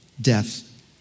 death